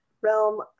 realm